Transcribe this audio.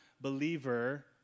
believer